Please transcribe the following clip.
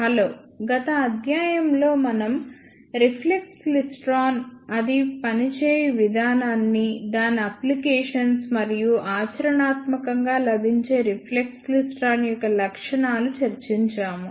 hello గత అధ్యాయం లో మనం రిఫ్లెక్స్ క్లిస్ట్రాన్ అది పని చేయు విధానాన్ని దాని అప్లికేషన్స్ మరియు ఆచరణాత్మకంగా లభించే రిఫ్లెక్స్ క్లైస్ట్రాన్ యొక్క లక్షణాలు చర్చించాము